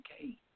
okay